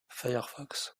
firefox